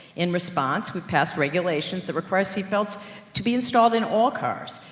in response, we passed regulations, that require seat belts to be installed in all cars.